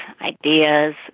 ideas